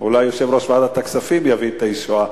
אולי יושב-ראש ועדת הכספים יביא את הישועה.